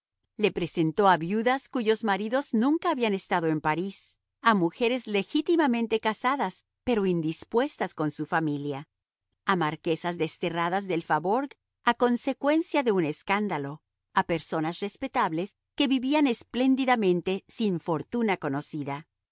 le presentó a viudas cuyos maridos nunca habían estado en parís a mujeres legítimamente casadas pero indispuestas con su familia a marquesas desterradas del faubourg a consecuencia de un escándalo a personas respetables que vivían espléndidamente sin fortuna conocida